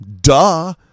Duh